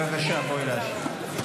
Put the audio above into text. בבקשה, בואי להשיב.